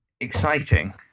exciting